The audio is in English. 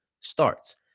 starts